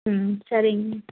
ம் சரிங்க